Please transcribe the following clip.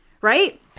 Right